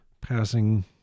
passing